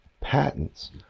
patents